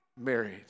married